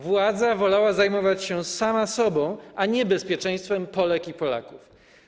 Władza wolała zajmować się sama sobą, a nie bezpieczeństwem Polek i Polaków.